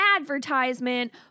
advertisement